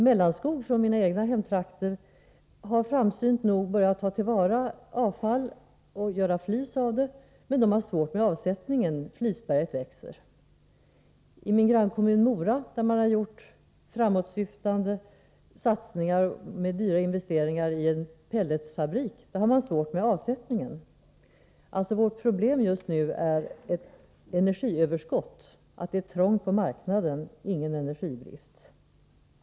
Mellanskog, i mina egna hemtrakter, har framsynt nog börjat att ta till vara avfall och göra flis av det men har svårt med avsättningen — flisberget växer. I min grannkommun Mora, där man har gjort framåtsyftande satsningar med dyra investeringar i en pelletsfabrik, har man också svårt med avsättningen. Vårt problem är alltså just nu att det finns ett energiöverskott. Det är trångt på marknaden och ingen energibrist.